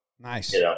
Nice